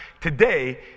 today